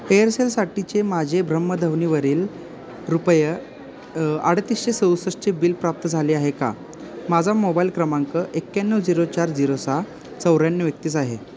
एअरसेलसाठीचे माझे भ्रमणध्वनीवरील रुपये अडतीसशे सदुसष्टचे बिल प्राप्त झाले आहे का माझा मोबाईल क्रमांक एक्याण्णव झिरो चार झिरो सहा चौऱ्याण्णव एकतीस आहे